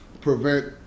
prevent